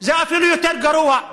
זה אפילו יותר גרוע: